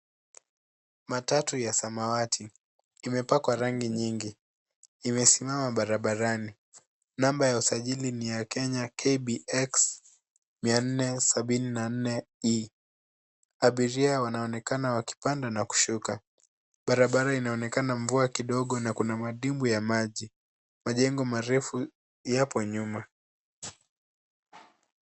A blue matatu. It is painted with a lot of colors. It is parked on the road. The registration number is KBX 474E. Passengers are seen boarding and alighting. The road looks a little rainy and there are puddles of water. Tall buildings are behind.